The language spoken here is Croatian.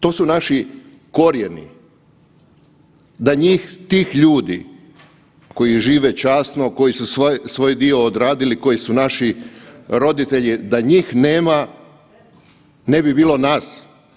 To su naši korijeni, da tih ljudi koji žive časno, koji su svoj dio odradili, koji su naši roditelji da njih nema ne bi bilo nas.